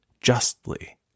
justly